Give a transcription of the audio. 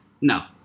No